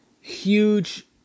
huge